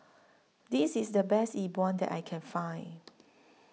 This IS The Best Yi Bua that I Can Find